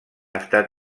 estat